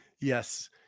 yes